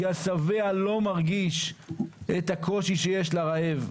כי השבע לא מרגיש את הקושי שיש לרעב.